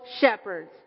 shepherds